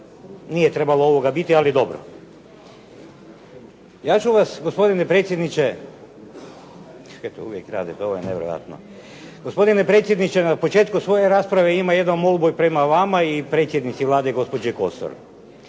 Nije trebalo ovoga biti, ali dobro. Gospodine predsjedniče, na početku svoje rasprave imam jednu molbu i prema vama i predsjednici Vlade gospođi Kosor.